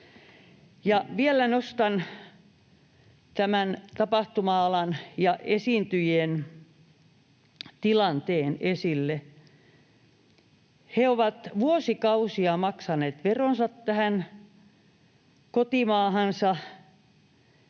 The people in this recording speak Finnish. vielä nostan tämän tapahtuma-alan ja esiintyjien tilanteen esille. He ovat vuosikausia maksaneet veronsa tähän kotimaahansa,